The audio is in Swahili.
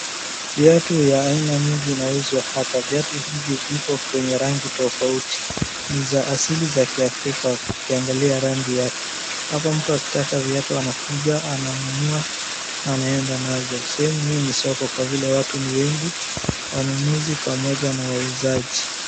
Viatu ya aina mingi inauzwa hapa. Viatu hivi viko kwenye rangi tofauti, ni za asili za Kiafrika ukiangalia rangi yake. Hapa mtu akitaka viatu anakuja ananunua na anaenda nazo. Sehemu hii ni soko kwa vile watu ni wengi, wanunuzi pamoja na wauzaji.